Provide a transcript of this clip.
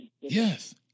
Yes